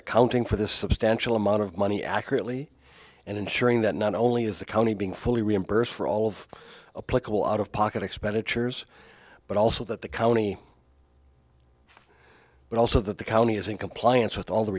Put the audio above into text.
accounting for this abstention amount of money accurately and ensuring that not only is the county being fully reimbursed for all of a political out of pocket expenditures but also that the county but also that the county is in compliance with all the